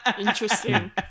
Interesting